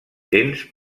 tens